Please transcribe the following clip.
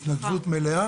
תודה.